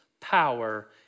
power